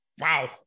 Wow